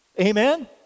Amen